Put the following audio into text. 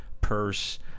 purse